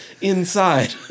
Inside